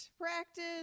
practice